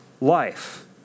life